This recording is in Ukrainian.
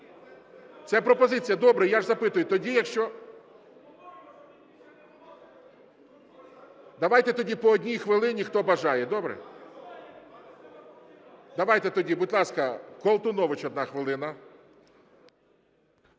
Це пропозиція. Добре. Я ж запитую. Тоді, якщо… Давайте тоді по одній хвилині, хто бажає, добре? Давайте тоді, будь ласка, Колтунович, 1 хвилина.